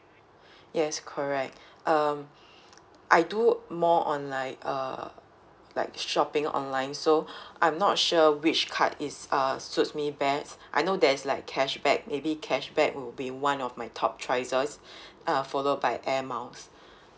yes correct um I do more on like uh like shopping online so I'm not sure which card is uh suits me best I know there's like cashback maybe cashback will be one of my top choices uh followed by Air Miles